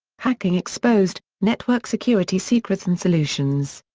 hacking exposed network security secrets and solutions.